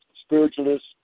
spiritualist